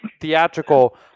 theatrical